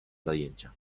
zajęcia